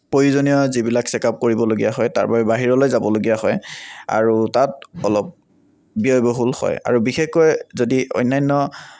প্ৰয়োজনীয় যিবিলাক চেকাপ কৰিবলগীয়া হয় তাৰবাবে বাহিৰলৈ যাবলগীয়া হয় আৰু তাত অলপ ব্যয়বহুল হয় আৰু বিশেষকৈ যদি অন্য়ান্য